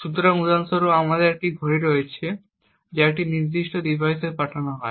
সুতরাং উদাহরণস্বরূপ এখানে আমাদের একটি ঘড়ি রয়েছে যা একটি নির্দিষ্ট ডিভাইসে পাঠানো হয়